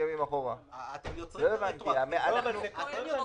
אתם יוצרים פה רטרואקטיביות.